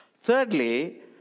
Thirdly